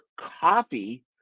coffee